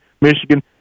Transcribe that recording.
Michigan